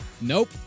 Nope